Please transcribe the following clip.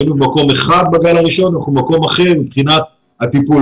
היינו במקום אחד בגל הראשון ואנחנו בגל אחר מבחינת הטיפול.